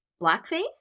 blackface